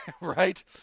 right